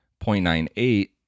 0.98